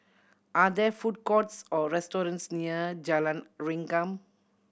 are there food courts or restaurants near Jalan Rengkam